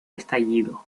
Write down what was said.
estallido